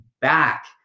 back